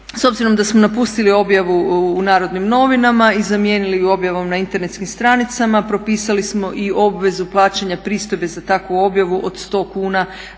S obzirom da smo napustili objavu u Narodnim novinama i zamijenili je objavom na internetskim stranicama propisali smo i obvezu plaćanja pristojbe za takvu objavu od 100 kuna